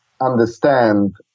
understand